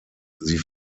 sie